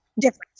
different